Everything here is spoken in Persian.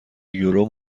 یورو